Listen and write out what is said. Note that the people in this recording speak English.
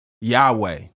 Yahweh